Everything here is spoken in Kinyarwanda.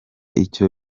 icyo